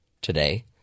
today